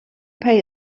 pay